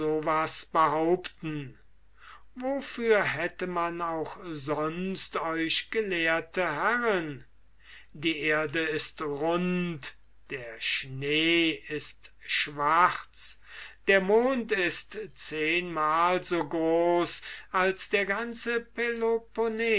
behaupten wofür hätte man auch sonst euch gelehrte herren die erde ist rund der schnee ist schwarz der mond ist zehnmal so groß als der ganze peloponnesus